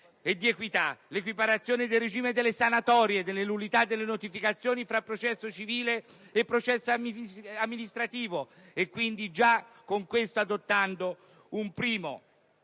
e di equità: l'equiparazione del regime delle sanatorie, delle nullità e delle notificazioni fra processo civile e processo amministrativo. Già con questo abbiamo adottato un primo